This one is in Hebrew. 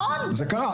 נכון, זה קרה.